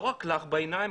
לא רק לך בעיניים,